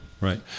right